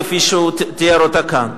כפי שהוא תיאר אותה כאן.